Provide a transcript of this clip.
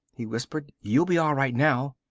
he whispered. you'll be all right now.